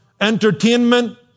entertainment